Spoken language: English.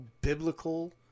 biblical